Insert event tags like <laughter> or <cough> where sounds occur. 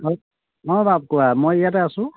<unintelligible> অঁ বাপ কোৱা মই ইয়াতে আছোঁ